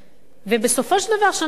ובסופו של דבר בשנה אחרי זה,